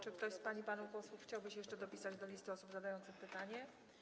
Czy ktoś z pań i panów posłów chciałby się jeszcze dopisać na liście osób zadających pytanie?